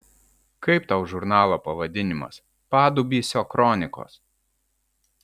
kaip tau žurnalo pavadinimas padubysio kronikos